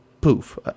poof